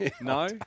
No